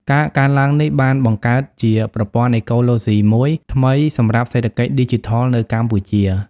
ការកើនឡើងនេះបានបង្កើតជាប្រព័ន្ធអេកូឡូស៊ីមួយថ្មីសម្រាប់សេដ្ឋកិច្ចឌីជីថលនៅកម្ពុជា។